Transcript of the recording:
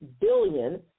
billion